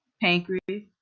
pancreas,